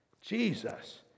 Jesus